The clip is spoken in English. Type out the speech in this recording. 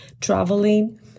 traveling